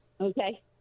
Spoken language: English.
Okay